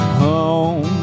home